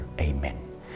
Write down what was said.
Amen